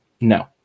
no